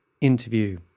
interview